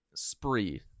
spree